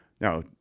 now